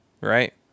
right